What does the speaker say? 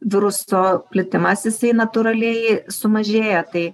viruso plitimas jisai natūraliai sumažėja tai